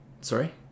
sorry